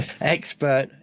Expert